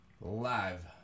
live